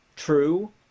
true